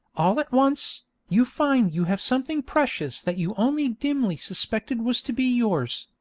all at once, you find you have something precious that you only dimly suspected was to be yours,